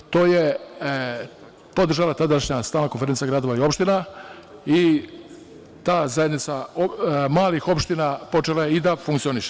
To je podržala tadašnja Stalna konferencija gradova i opština i ta zajednica malih opština počela je i da funkcioniše.